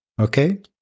Okay